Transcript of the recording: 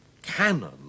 canon